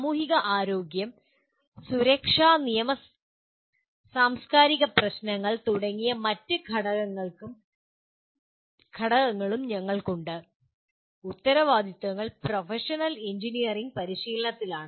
സാമൂഹിക ആരോഗ്യം സുരക്ഷ നിയമ സാംസ്കാരിക പ്രശ്നങ്ങൾ തുടങ്ങിയ മറ്റ് ഘടകങ്ങളും ഞങ്ങൾക്ക് ഉണ്ട് ഉത്തരവാദിത്വങ്ങൾ പ്രൊഫഷണൽ എഞ്ചിനീയറിംഗ് പരിശീലനത്തിലാണ്